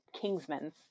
Kingsman